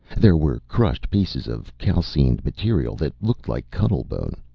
there were crushed pieces of calcined material that looked like cuttlebone.